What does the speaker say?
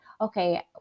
okay